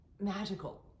magical